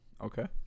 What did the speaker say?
Okay